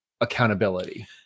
accountability